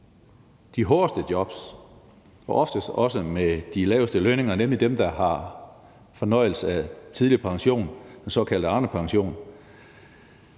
de hårdeste jobs og oftest også med de laveste lønninger, nemlig dem, der har fornøjelse af tidlig pension, den såkaldte Arnepension,